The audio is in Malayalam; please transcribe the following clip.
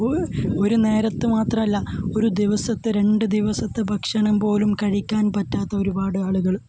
ഒരു നേരത്തെ മാത്രമല്ല ഒരു ദിവസത്തെ രണ്ടു ദിവസത്തെ ഭക്ഷണം പോലും കഴിക്കാൻ പറ്റാത്ത ഒരുപാട് ആളുകൾ